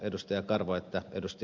karvo että ed